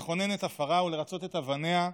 לחונן את עפרה ולרצות את אבניה,